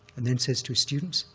and then says to his students,